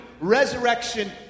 Resurrection